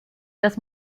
das